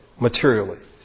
materially